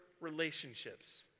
relationships